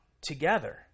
together